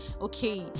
okay